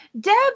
Deb